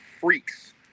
freaks